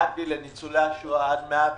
לניצולי השואה, עד 120,